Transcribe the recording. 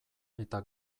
eta